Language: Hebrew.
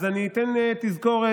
אז אני אתן תזכורת.